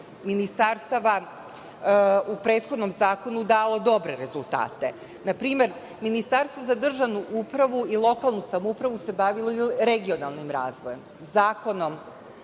ministarstava u prethodnom zakonu dalo dobre rezultate. Na primer, Ministarstvo za državnu upravu i lokalnu samoupravu se bavilo regionalnim razvojem. Zakonom